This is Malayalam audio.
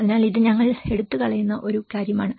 അതിനാൽ ഇത് ഞങ്ങൾ എടുത്തുകളയുന്ന ഒരു കാര്യമാണ്